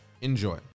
Enjoy